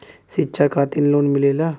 शिक्षा खातिन लोन मिलेला?